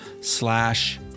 slash